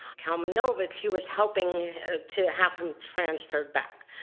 kalmanovich. he was helping to have him transferred back.